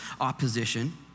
opposition